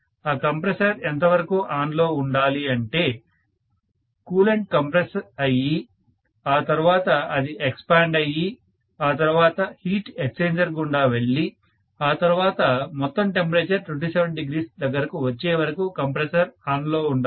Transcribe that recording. ఆ కంప్రెసర్ ఎంత వరకు ఆన్ లో ఉండాలి అంటే కూలంట్ కంప్రెస్ అయ్యి ఆ తర్వాత అది ఎక్స్పాండ్ అయ్యి ఆ తర్వాత హీట్ ఎక్స్చేంజర్ గుండా వెళ్ళి ఆ తర్వాత మొత్తం టెంపరేచర్ 27° దగ్గర కు వచ్చే వరకు కంప్రెసర్ ఆన్ లో ఉండాలి